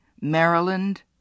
Maryland